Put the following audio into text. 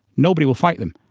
nobody will fight them.